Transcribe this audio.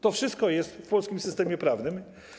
To wszystko jest w polskim systemie prawnym.